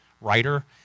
writer